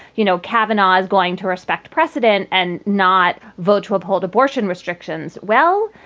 you know, cavanaugh is going to respect precedent and not vote to uphold abortion restrictions. well,